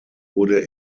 wurde